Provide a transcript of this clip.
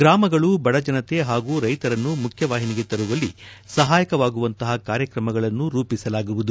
ಗ್ರಾಮಗಳು ಬಡಜನತೆ ಹಾಗೂ ರೈತರನ್ನು ಮುಖ್ಯವಾಹಿನಿಗೆ ತರುವಲ್ಲಿ ಸಹಾಯಕವಾಗುವಂತಹ ಕಾರ್ಯಕ್ರಮಗಳನ್ನು ರೂಪಿಸಲಾಗುವುದು